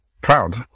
Proud